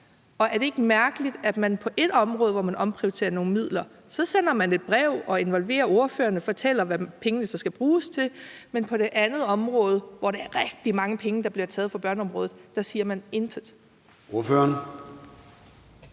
Og er det ikke mærkeligt, at man på et område, hvor man omprioriterer nogle midler, sender et brev og involverer ordførerne og fortæller, hvad pengene skal bruges til, men på det andet område, hvor det er rigtig mange penge, der bliver taget fra børneområdet, siger man intet? Kl.